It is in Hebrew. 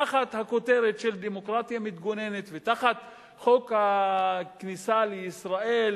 תחת הכותרת של "דמוקרטיה מתגוננת" ותחת חוק הכניסה לישראל,